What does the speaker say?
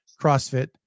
CrossFit